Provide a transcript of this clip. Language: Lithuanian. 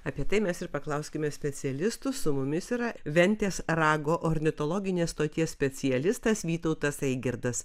apie tai mes ir paklauskime specialistų su mumis yra ventės rago ornitologinės stoties specialistas vytautas eigirdas